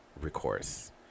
recourse